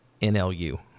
NLU